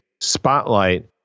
spotlight